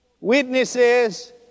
witnesses